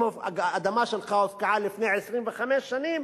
אם האדמה שלך הופקעה לפני 25 שנה,